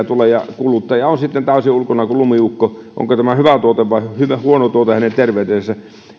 tulee ja kuluttaja on taas sitten ulkona kuin lumiukko että onko tämä hyvä tuote vai huono tuote hänen terveytensä